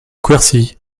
quercy